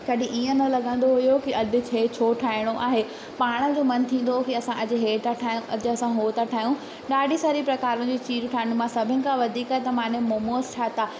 कॾहिं ईअं न लॻंदो हुओ की अॼ इहो छो ठाहिणो आहे पाण जो मन थींदो हुओ की असां अॼु इहा था ठाहियूं अॼु असां उहा था ठाहियूं ॾाढी सारी प्रकारनि जी चीजूं ठाहियूं मां सभीनि खां वधीक त मां ने मोमोस ठाहिया